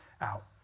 out